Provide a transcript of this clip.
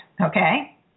Okay